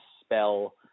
spell